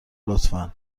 لطفا